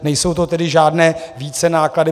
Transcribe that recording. Nejsou to tedy žádné vícenáklady.